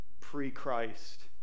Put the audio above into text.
pre-Christ